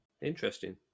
Interesting